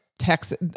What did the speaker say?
Texas